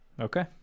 okay